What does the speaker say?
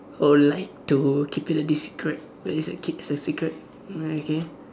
or lied to keep it the secret like they say keep it a secret like okay